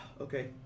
Okay